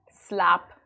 slap